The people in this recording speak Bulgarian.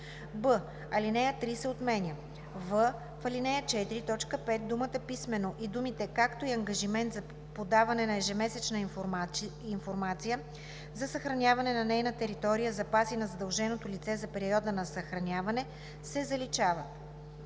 б) алинея 3 се отменя; в) в ал. 4, т. 5 думата „писмено“ и думите „както и ангажимент за подаване на ежемесечна информация за съхраняваните на нейна територия запаси на задълженото лице за периода на съхраняване“ се заличават.